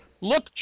look